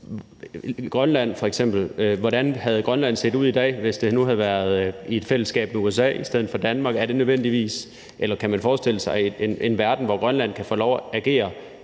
egentlig er. Hvordan havde Grønland f.eks. set ud i dag, hvis det nu havde været i et fællesskab med USA i stedet for med Danmark? Eller kan man forestille sig en verden, hvor Grønland kan få lov at agere